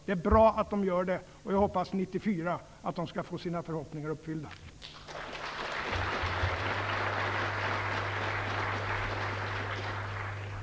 Det är bra att de gör det, och jag hoppas att de skall få sina förhoppningar infriade 1994.